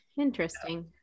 Interesting